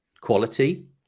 quality